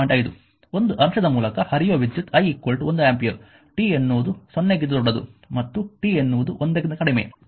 5 ಒಂದು ಅಂಶದ ಮೂಲಕ ಹರಿಯುವ ವಿದ್ಯುತ್ i 1 ಆಂಪಿಯರ್ t ಎನ್ನುವುದು 0 ಗಿಂತ ದೊಡ್ಡದು ಮತ್ತು t ಎನ್ನುವುದು 1 ಕ್ಕಿಂತ ಕಡಿಮೆ